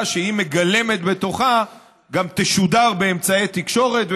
שהיא מגלמת גם תשודר באמצעי תקשורת,